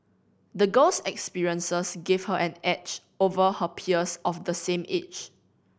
the girl's experiences gave her an edge over her peers of the same age